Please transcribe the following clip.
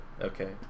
Okay